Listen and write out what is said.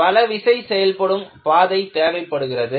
பலவிசை செயல்படும் பாதை தேவைப்படுகிறது